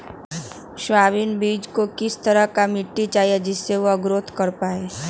Soybean बीज को किस तरह का मिट्टी चाहिए जिससे वह ग्रोथ कर पाए?